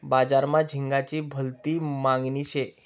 बजार मा झिंगाची भलती मागनी शे